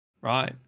right